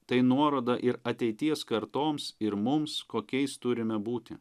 tai nuoroda ir ateities kartoms ir mums kokiais turime būti